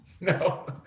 no